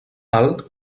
alt